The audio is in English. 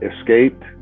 escaped